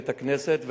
ואת הכנסת,